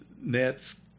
Nets